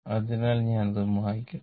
അതിനാൽ ഞാൻ അത് മായ്ക്കട്ടെ